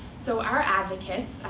so our advocates,